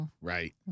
right